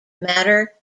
matter